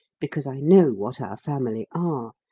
because i know what our family are,